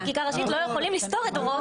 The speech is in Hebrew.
בחקיקה ראשית אנחנו לא יכולים לסתור את זה.